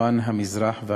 לסיים.